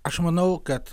aš manau kad